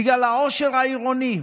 בגלל העושר העירוני,